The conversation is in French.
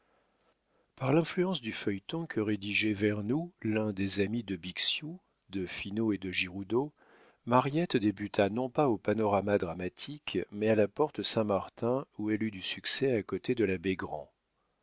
par l'influence du feuilleton que rédigeait vernou l'un des amis de bixiou de finot et de giroudeau mariette débuta non pas au panorama dramatique mais à la porte-saint-martin où elle eut du succès à côté de la bégrand